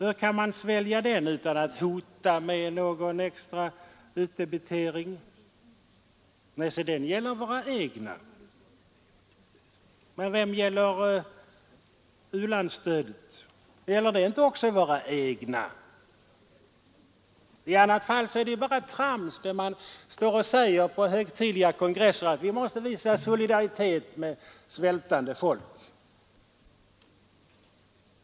Hur kan man svälja den utan att hota med någon extra utdebitering? Jo, se den försäkringen gäller våra egna. Men vem gäller u-landsstödet? Gäller inte det också våra egna? I annat fall är det ju bara trams vad man står och säger på högtidliga kongresser, att vi måste visa solidaritet med svältande folk.